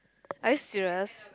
are you serious